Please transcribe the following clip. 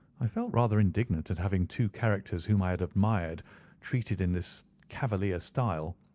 i felt rather indignant at having two characters whom i had admired treated in this cavalier style.